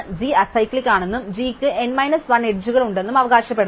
G acyclic ആണെന്നും G ക്ക് അരികുകളുണ്ടെന്നും ഞങ്ങൾ അവകാശപ്പെടുന്നു